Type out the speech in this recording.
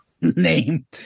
name